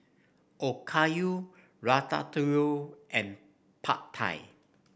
Okayu Ratatouille and Pad Thai